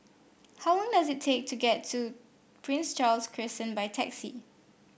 how long does it take to get to Prince Charles Crescent by taxi